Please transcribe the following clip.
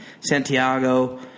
Santiago